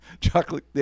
chocolate